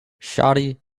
shawty